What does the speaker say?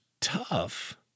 tough